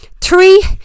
three